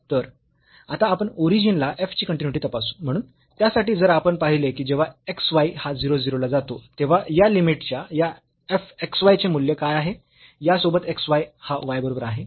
म्हणून त्यासाठी जर आपण पाहिले की जेव्हा x y हा 0 0 ला जातो तेव्हा या लिमीटच्या या f xy चे मूल्य काय आहे या सोबत x हा y बरोबर आहे